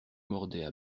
mordaient